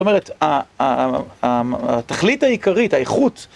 זאת אומרת, התכלית העיקרית, האיכות